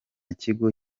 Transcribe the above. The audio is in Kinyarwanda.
kigo